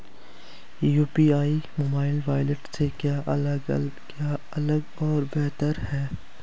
UPI mobile wallet से कैसे अलग और बेहतर है?